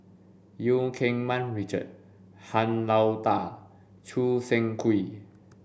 Eu Keng Mun Richard Han Lao Da Choo Seng Quee